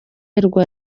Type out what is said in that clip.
rwa